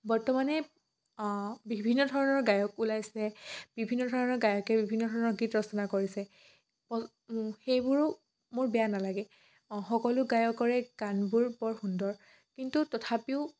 বৰ্তমানে অঁ বিভিন্ন ধৰণৰ গায়ক ওলাইছে বিভিন্ন ধৰণৰ গায়কে বিভিন্ন ধৰণৰ গীত ৰচনা কৰিছে সেইবোৰো মোৰ বেয়া নালাগে অঁ সকলো গায়কৰে গানবোৰ বৰ সুন্দৰ কিন্তু তথাপিও